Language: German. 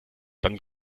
dann